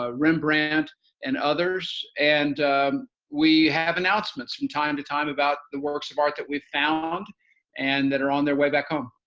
ah rembrandt and others. and we have announcements from time to time about the works of art that we found and that are on their way back home.